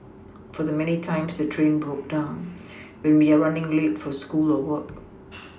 for the many times the train broke down when we are running late for school or work